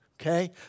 okay